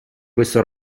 questo